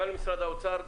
גם למשרד האוצר,